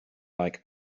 like